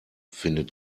findet